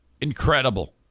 Incredible